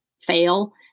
fail